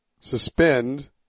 suspend